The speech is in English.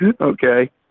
Okay